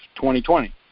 2020